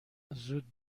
زود